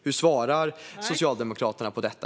Hur svarar Socialdemokraterna på detta?